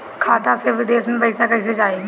खाता से विदेश मे पैसा कईसे जाई?